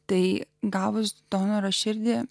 tai gavus donoro širdį